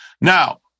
now